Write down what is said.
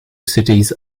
cities